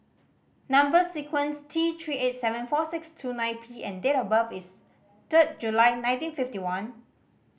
number sequence T Three eight seven four six two nine P and date of birth is third July nineteen fifty one